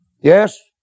Yes